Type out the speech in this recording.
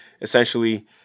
essentially